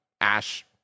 ash